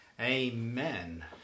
amen